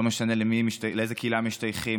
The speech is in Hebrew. לא משנה לאיזו קהילה משתייכים,